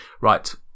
Right